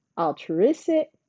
altruistic